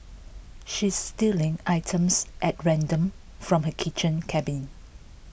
she's stealing items at random from her kitchen cabinet